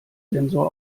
sensor